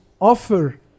offer